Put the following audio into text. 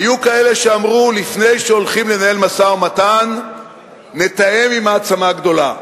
היו כאלה שאמרו: לפני שהולכים לנהל משא-ומתן נתאם עם מעצמה גדולה.